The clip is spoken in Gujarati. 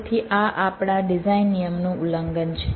તેથી આ આપણા ડિઝાઇન નિયમનું ઉલ્લંઘન છે